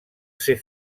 ser